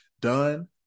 Done